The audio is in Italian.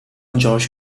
josh